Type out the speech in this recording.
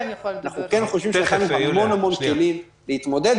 אנחנו כן חושבים שהכנו המון-המון כלים להתמודד.